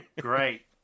great